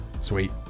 sweet